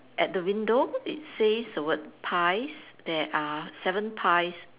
at the window it says the word pies there are seven pies